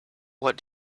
what